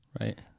Right